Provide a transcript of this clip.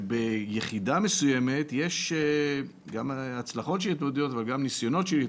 שביחידה מסוימת יש הצלחות של התאבדויות אבל גם ניסיונות.